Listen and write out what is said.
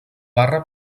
barra